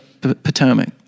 Potomac